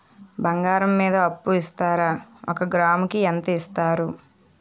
బంగారం మీద అప్పు ఇస్తారా? ఒక గ్రాము కి ఎంత ఇస్తారు?